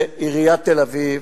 זה עיריית תל-אביב,